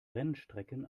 rennstrecken